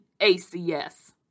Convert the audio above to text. ACS